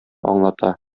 аңлата